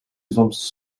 soms